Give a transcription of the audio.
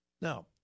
Now